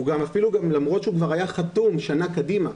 אלא למרות שהוא כבר היה חתום שנה קדימה,